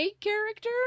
character